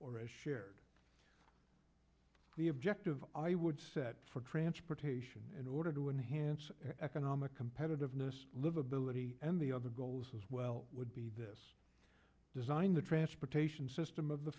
a shared the objective i would set for transportation in order to an economic competitiveness livability and the other goals as well would be this design the transportation system of the